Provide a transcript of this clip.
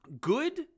good